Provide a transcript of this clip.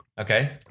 Okay